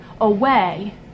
away